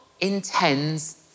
intends